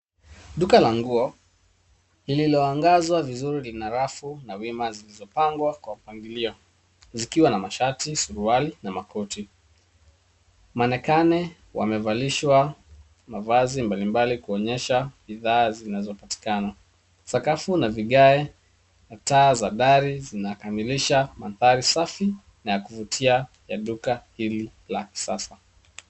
Duka la nguo lililoangazwa vizuri na rafu za wima zilizopangwa kwa mpangilio zikiwa na mashati, suruali na makoti. Manekani wamevalishwa mavazi mbalimbali kuonyesha bidhaa zinzopatikana. Sakafu na vigae na taa za dari zinakamilisha mandhari safi na ya kuvutia ya duka hili la kisasa.